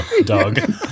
Doug